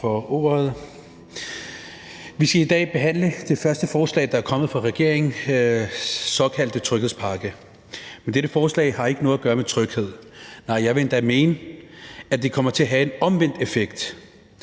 Vi skal i dag behandle det første forslag, der er kommet fra regeringens såkaldte tryghedspakke. Men dette forslag har ikke noget at gøre med tryghed – nej, jeg vil endda mene, at det kommer til at have den omvendte effekt.